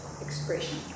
expression